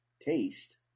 taste